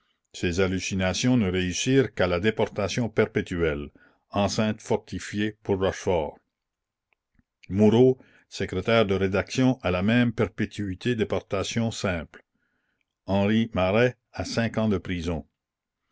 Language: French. ses hallucinations ne réussirent qu'à la déportation perpétuelle enceinte fortifiée pour rochefort moureau secrétaire de rédaction à la même perpétuité déportation simple henri maret à cinq ans de prison